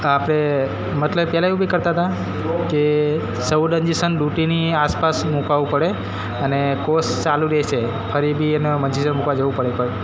આપણે મતલબ પેલા એવું બી કરતાં તા કે સોળ ઇન્જેક્શન ડુંટીની આસપાસ મુકાવું પડે અને કોર્સ ચાલુ રહેશે ફરી બી એનો ઇન્જેક્શન મૂકવા જવું પડે ભાઈ